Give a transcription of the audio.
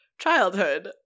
childhood